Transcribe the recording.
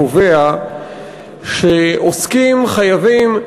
קובע שעוסקים חייבים,